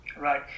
Right